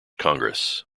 congress